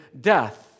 death